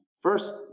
first